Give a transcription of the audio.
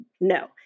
no